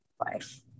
life